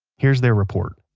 here's their report